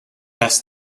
best